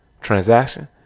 transaction